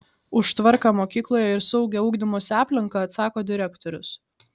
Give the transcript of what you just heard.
už tvarką mokykloje ir saugią ugdymosi aplinką atsako direktorius